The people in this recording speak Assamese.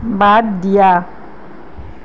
বাদ দিয়া